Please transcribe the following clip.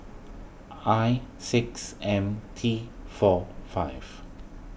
I six M T four five